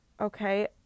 okay